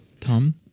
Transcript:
Tom